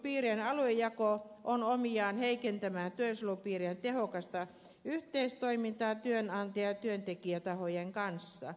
työsuojelupiirien aluejako on omiaan heikentämään työsuojelupiirien tehokasta yhteistoimintaa työnantaja ja työntekijätahojen kanssa